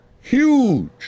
huge